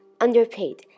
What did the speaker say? underpaid